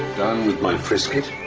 with my frisket.